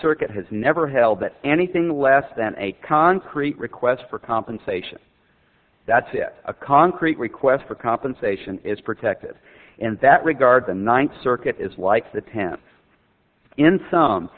circuit has never held that anything less than a concrete request for compensation that's it a concrete request for compensation is protected in that regard the ninth circuit is like the tenth in some